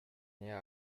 niega